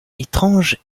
étranges